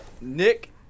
Nick